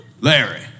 Larry